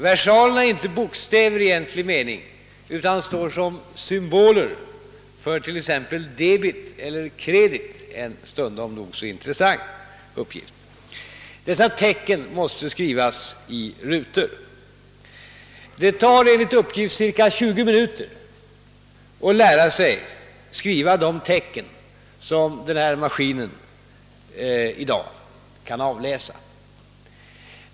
Versalerna är inte bokstäver i egentlig mening utan står som symboler för t.ex. debet och kredit — en stundom nog så intressant uppgift. Dessa tecken måste skrivas i rutor. Det tar enligt uppgift cirka 20 minuter att lära sig skriva de tecken som denna maskin för närvarande kan avläsa.